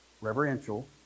reverential